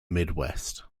midwest